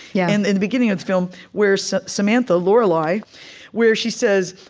yeah and in the beginning of the film, where so samantha lorelei where she says,